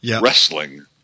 wrestling